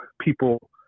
people